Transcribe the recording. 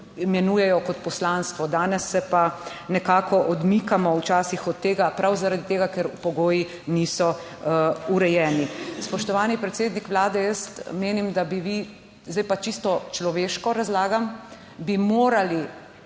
imenujejo kot poslanstvo, danes se pa nekako odmikamo včasih od tega prav zaradi tega, ker pogoji niso urejeni. Spoštovani predsednik Vlade, jaz menim, da bi vi, zdaj pa čisto človeško razlagam, bi morali